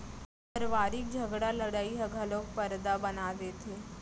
परवारिक झगरा लड़ई ह घलौ परदा बना देथे